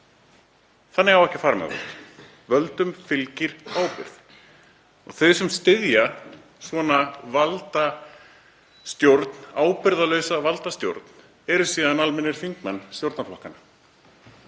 Þannig á ekki að fara með völd. Völdum fylgir ábyrgð og þau sem styðja svona valdastjórn, ábyrgðarlausa valdastjórn, eru síðan almennir þingmenn stjórnarflokkanna.